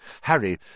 Harry